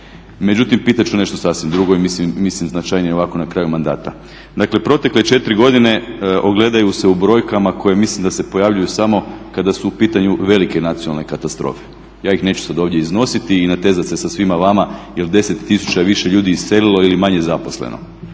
Međutim pitati ću nešto sasvim drugo i mislim značajnije ovako nakraju mandata. Dakle u protekle četiri godine ogledaju se u brojkama koje mislim da se pojavljuju samo kada su u pitanju velike nacionalne katastrofe, ja ih neću sada ovdje iznositi i natezati se sa svima vama je li 10 tisuća više ljudi iselilo ili je manje zaposleno.